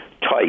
tight